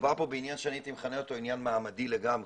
מדובר פה בעניין שאני הייתי מכנה אותו עניין מעמדי לגמרי.